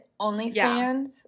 OnlyFans